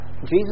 Jesus